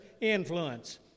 influence